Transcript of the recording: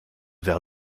vers